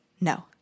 no